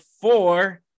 four